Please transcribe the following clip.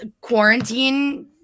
quarantine